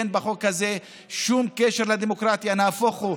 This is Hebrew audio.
אין בחוק הזה שום קשר לדמוקרטיה, נהפוך הוא.